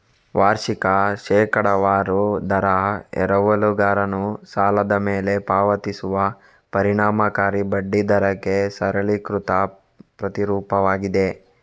ವಾರ್ಷಿಕ ಶೇಕಡಾವಾರು ದರ ಎರವಲುಗಾರನು ಸಾಲದ ಮೇಲೆ ಪಾವತಿಸುವ ಪರಿಣಾಮಕಾರಿ ಬಡ್ಡಿ ದರಕ್ಕೆ ಸರಳೀಕೃತ ಪ್ರತಿರೂಪವಾಗಿದೆ